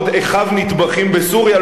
בעוד אחיו נטבחים בסוריה,